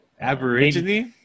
Aborigine